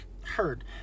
Heard